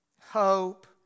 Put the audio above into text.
hope